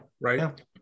right